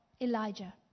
Elijah